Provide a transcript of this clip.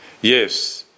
Yes